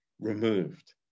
removed